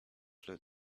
flew